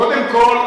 קודם כול,